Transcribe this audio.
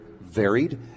varied